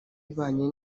ibanye